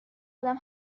ادم